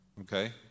okay